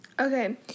Okay